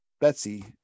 Betsy